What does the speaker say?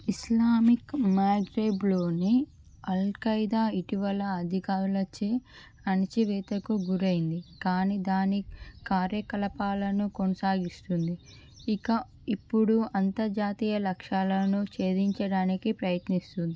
Islamic మాగ్రెబ్లోని Al Qaeda ఇటీవల అధికారులచే అణిచివేతకు గురైంది కానీ దాని కార్యకలాపాలను కొనసాగిస్తుంది ఇక ఇప్పుడు అంతర్జాతీయ లక్ష్యాలను చేధించడానికి ప్రయత్నిస్తుంది